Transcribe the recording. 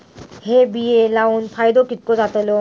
हे बिये लाऊन फायदो कितको जातलो?